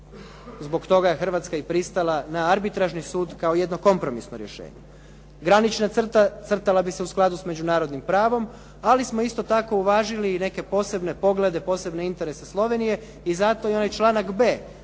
zbog toga je Hrvatska i pristala na arbitražni sud kao jedno kompromisno rješenje. Granična crta crtala bi se u skladu s međunarodnim pravom, ali smo isto tako uvažili i neke posebne poglede, posebne interese Slovenije i zato i onaj članak b.